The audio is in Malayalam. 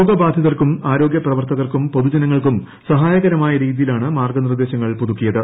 രോഗബാധിതർക്കും ആരോഗ്യ പ്രവർത്തകർക്കും പൊതുജനങ്ങൾക്കും സഹായക്രമായി രീതിയിലാണ് മാർഗനിർദേശങ്ങൾ പുതുക്കിയത്